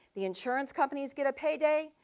the insurance companies get a pay day.